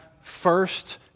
first